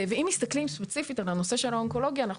ואם מסתכלים ספציפית על נושא האונקולוגיה אנחנו